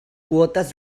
quotes